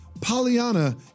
Pollyanna